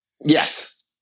Yes